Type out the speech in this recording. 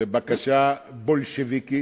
היא בקשה בולשביקית,